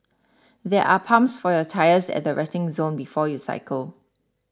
there are pumps for your tyres at the resting zone before you cycle